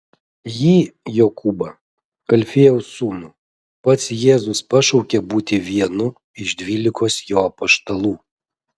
jį jokūbą alfiejaus sūnų pats jėzus pašaukė būti vienu iš dvylikos jo apaštalų